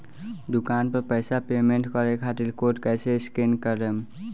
दूकान पर पैसा पेमेंट करे खातिर कोड कैसे स्कैन करेम?